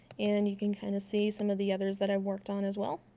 and you can kind of see some of the others that i've worked on as well